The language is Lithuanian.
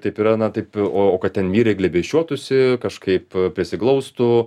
taip yra na taip o o kad ten vyrai glėbesčiuotųsi kažkaip prisiglaustų